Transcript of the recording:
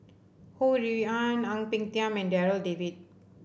Ho Rui An Ang Peng Tiam and Darryl David